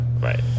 right